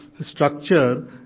structure